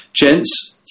Gents